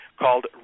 called